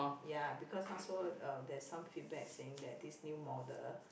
ya because 她说 uh there's some feedback saying that this new model